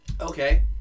okay